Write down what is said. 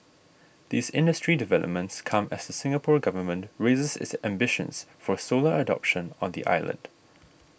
these industry developments come as the Singapore Government raises its ambitions for solar adoption on the island